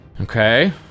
Okay